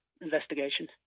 investigations